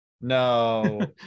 No